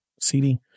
CD